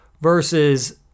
versus